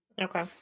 Okay